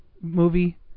movie